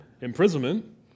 imprisonment